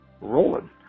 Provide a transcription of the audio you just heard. rolling